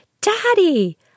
Daddy